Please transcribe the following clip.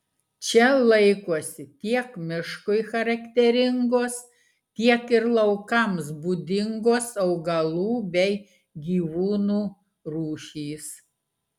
čia laikosi tiek miškui charakteringos tiek ir laukams būdingos augalų bei gyvūnų rūšys